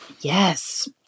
Yes